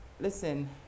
Listen